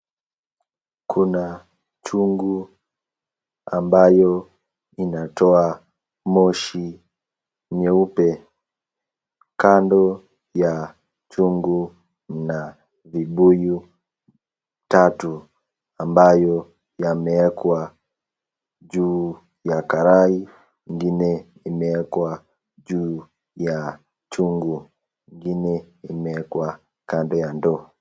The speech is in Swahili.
Kuna chungu ambayo inatoa moshi nyeupe. Kando ya chungu na vibuyu tatu na ambayo yamewekwa juu ya karai ingine kwa imewekwa juu ya chungu ingine imewekwa kando ya ndoo.